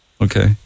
Okay